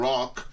Rock